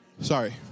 sorry